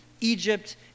Egypt